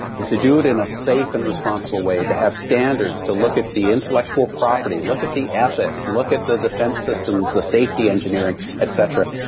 and to do it in a safe and responsible way. to have standards, to look at the intellectual property, look at the ethics, look at the defense systems, the safety engineering, et cetera.